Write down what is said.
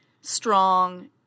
strong